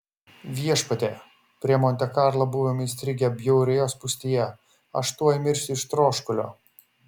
viešpatie prie monte karlo buvome įstrigę bjaurioje spūstyje aš tuoj mirsiu iš troškulio